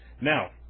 now